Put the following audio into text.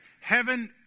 Heaven